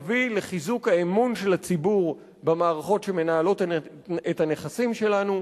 נביא לחיזוק האמון של הציבור במערכות שמנהלות את הנכסים שלנו,